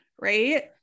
right